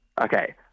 Okay